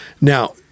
Now